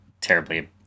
terribly